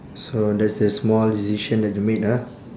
so that's the small decision that you made ah